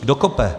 Kdo kope?